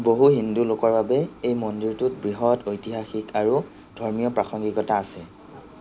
বহু হিন্দু লোকৰ বাবে এই মন্দিৰটোত বৃহৎ ঐতিহাসিক আৰু ধৰ্মীয় প্ৰাসংগিকতা আছে